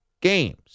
games